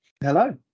Hello